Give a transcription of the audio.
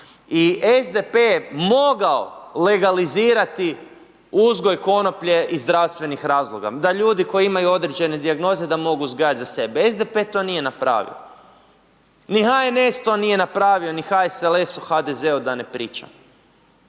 i SDP je mogao legalizirati uzgoj konoplje iz zdravstvenih razloga, da ljudi koji imaju određene dijagnoze da mogu uzgajati za sebe, SDP to nije napravio, ni HNS to nije napravio, ni HSLS o HDZ-u da ne pričam.